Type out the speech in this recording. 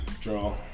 Draw